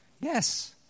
Yes